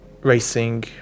racing